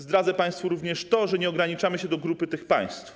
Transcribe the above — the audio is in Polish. Zdradzę państwu również to, że nie ograniczamy się do grupy tych państw.